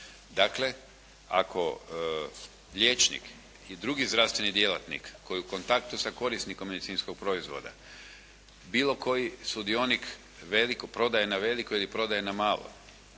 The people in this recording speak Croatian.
Dakle, ako liječnik i drugi zdravstveni djelatnik koji u kontaktu sa korisnikom medicinskog proizvoda, bilo koji sudionik prodaje na veliko ili prodaje na malo